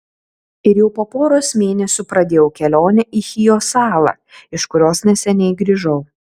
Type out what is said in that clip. ir jau po poros mėnesių pradėjau kelionę į chijo salą iš kurios neseniai grįžau